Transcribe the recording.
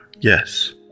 Yes